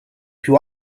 più